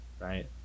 Right